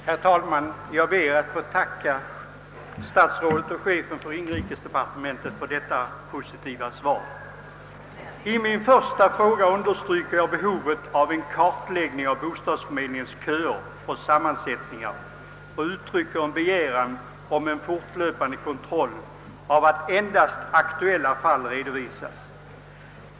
Herr talman! Jag ber att få tacka statsrådet och chefen för inrikesdepartementet för detta positiva svar. I min första fråga understryker jag behovet av en kartläggning av bostadsförmedlingens köer och deras sammansättning samt uttrycker en begäran om en fortlöpande kontroll av att endast aktuella fall redovisas.